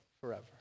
forever